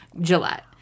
Gillette